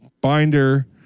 binder